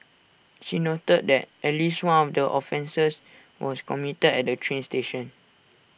she noted that at least one of the offences was committed at A train station